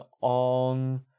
on